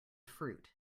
fruit